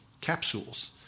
capsules